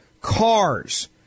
cars